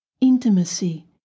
intimacy